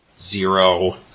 Zero